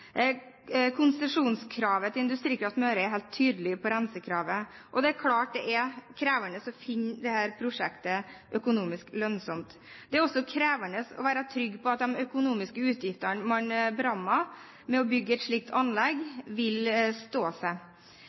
Konsesjonskravet til Industrikraft Møre er helt tydelig på rensekravet, og det er klart det er krevende å finne dette prosjektet økonomisk lønnsomt. Det er også krevende å være trygg på at de økonomiske utgiftene man berammer ved å bygge et slikt anlegg, vil stå seg.